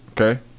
Okay